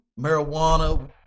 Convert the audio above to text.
marijuana